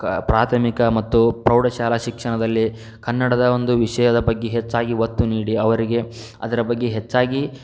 ಕ ಪ್ರಾಥಮಿಕ ಮತ್ತು ಪ್ರೌಢಶಾಲಾ ಶಿಕ್ಷಣದಲ್ಲಿ ಕನ್ನಡದ ಒಂದು ವಿಷಯದ ಬಗ್ಗೆ ಹೆಚ್ಚಾಗಿ ಒತ್ತು ನೀಡಿ ಅವರಿಗೆ ಅದರ ಬಗ್ಗೆ ಹೆಚ್ಚಾಗಿ